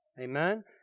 Amen